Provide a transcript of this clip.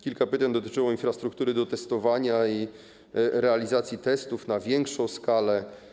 Kilka pytań dotyczyło infrastruktury do testowania i realizacji testów na większą skalę.